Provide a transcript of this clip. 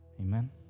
Amen